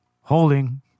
Holding